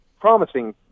promising